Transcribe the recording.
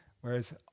whereas